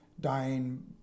dying